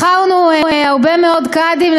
בחרנו הרבה מאוד קאדים.